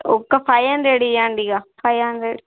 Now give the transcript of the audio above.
ఒక్క five hundred ఇవ్వండి ఇక ఫైవ్ హండ్రెడ్